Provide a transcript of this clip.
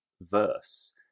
verse